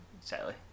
sadly